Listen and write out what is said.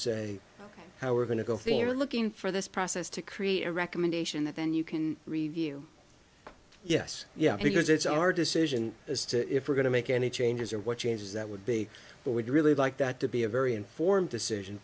say how we're going to go thing you're looking for this process to create a recommendation that then you can review yes yeah because it's our decision as to if we're going to make any changes or what changes that would be would really like that to be a very informed decision